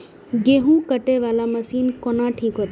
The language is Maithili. गेहूं कटे वाला मशीन कोन ठीक होते?